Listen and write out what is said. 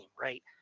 right